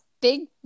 Big